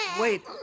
Wait